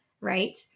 right